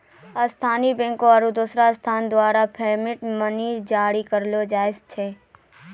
स्थानीय बैंकों आरू दोसर संस्थान द्वारा फिएट मनी जारी करलो जाय छै